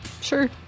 Sure